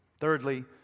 Thirdly